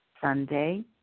Sunday